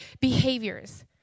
behaviors